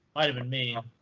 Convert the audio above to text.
might have been me.